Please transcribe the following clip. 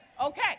Okay